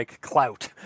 clout